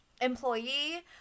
employee